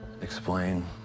explain